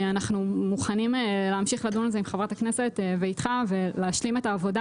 אנחנו מוכנים להמשיך לדון על זה עם חברת הכנסת ואיתך ולהשלים את העבודה